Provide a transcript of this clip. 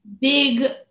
big